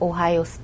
Ohio